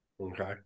Okay